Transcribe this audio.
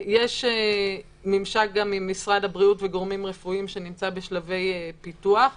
יש ממשק גם עם משרד הבריאות וגורמים רפואיים שנמצא בשלבי פיתוח,